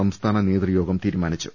സംസ്ഥാന നേതൃയോഗം തീരുമാനി ച്ചു